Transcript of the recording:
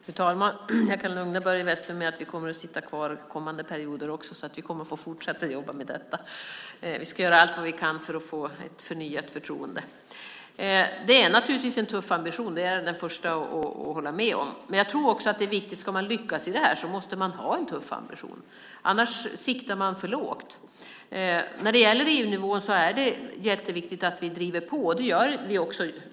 Fru talman! Jag kan lugna Börje Vestlund; vi kommer att sitta kvar under kommande perioder också, så vi kommer att få fortsätta jobba med detta. Vi ska göra allt vad vi kan för att få ett förnyat förtroende. Det är naturligtvis en tuff ambition. Det är jag den första att hålla med om. Men jag tror också att detta är viktigt. Om man ska lyckas i det här måste man ha en tuff ambition. Annars siktar man för lågt. På EU-nivån är det jätteviktigt att vi driver på. Det gör vi också.